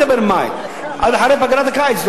עד אחרי פגרת הקיץ,